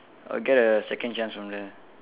I'll get a second chance from there